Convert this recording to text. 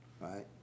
Right